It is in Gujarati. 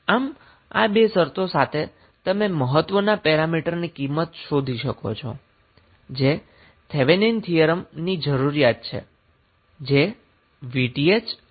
આમ આ બે શરતો સાથે તમે મહત્વના પેરામીટરની કિંમત શોધી શકો છો જે થેવેનિન થીયરમની જરૂરીયાત છે જે Vth અને Rth છે